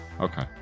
Okay